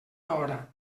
hora